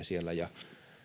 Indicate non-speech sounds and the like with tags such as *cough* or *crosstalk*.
*unintelligible* siellä ja